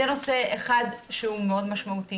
זה נושא אחד מאוד משמעותי.